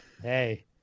Hey